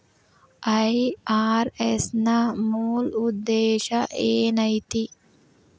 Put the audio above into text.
IRS ನ ಮೂಲ್ ಉದ್ದೇಶ ಏನೈತಿ?